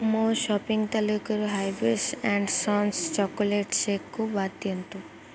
ମୋ ସପିଙ୍ଗ୍ ତାଲିକାରୁ harvest and sons chocolate ଶେକ୍କୁ ବାଦ୍ ଦିଅନ୍ତୁ